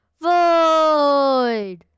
void